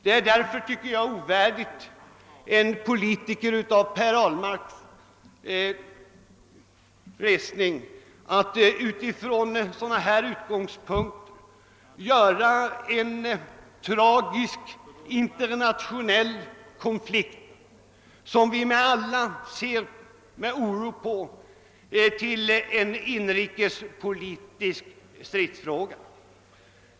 Det är, tycker jag, ovärdigt en poliliker av herr Ahlmarks resning att från sådana här utgångspunkter göra en tragisk internationell konflikt, som vi alla ser med oro på, till en inrikespolitisk stridsfråga.